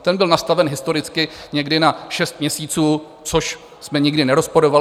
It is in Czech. Ten byl nastaven historicky někdy na šest měsíců, což jsme nikdy nerozporovali.